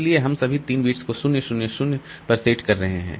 इसलिए हम सभी 3 बिट्स को 0 0 0 पर सेट कर रहे हैं